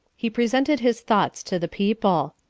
he presented his thoughts to the people.